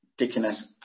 Dickiness